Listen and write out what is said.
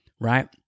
Right